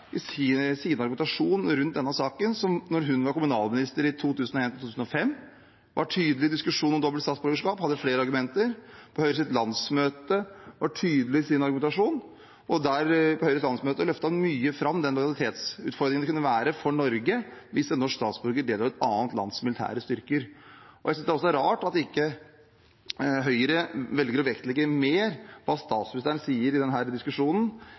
i hennes argumentasjon rundt denne saken. Da hun var kommunalminister i 2001–2005, var hun tydelig i diskusjonen om dobbelt statsborgerskap og hadde flere argumenter. På Høyres landsmøte var hun tydelig i sin argumentasjon og løftet fram lojalitetsutfordringen det kunne være for Norge hvis en norsk statsborger deltar i et annet lands militære styrker. Jeg synes det er rart at Høyre ikke velger å legge mer vekt på det statsministeren sier i denne diskusjonen, enn på denne litt følelsesdrevne debatten som har vært om dobbelt statsborgerskap den